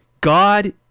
God